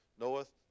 knoweth